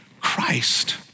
Christ